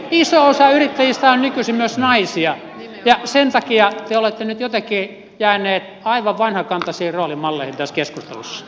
iso osa yrittäjistä on nykyisin myös naisia ja sen takia te olette nyt jotenkin jääneet aivan vanhakantaisiin roolimalleihin tässä keskustelussa